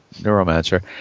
Neuromancer